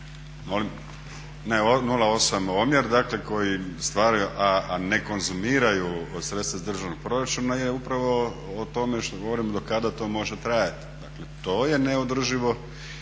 molim? Ne 0,8 omjer dakle koji stvaraju a ne konzumiraju sredstva iz državnog proračuna je upravo o tome što govorim do kada to može trajati. Dakle, to je neodrživo